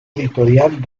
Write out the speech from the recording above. editorial